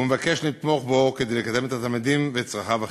והוא מבקש לתמוך בו כדי לקדם את התלמידים ואת צרכיו החינוכיים.